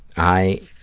i